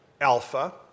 alpha